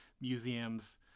museums